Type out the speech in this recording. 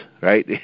Right